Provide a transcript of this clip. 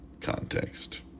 context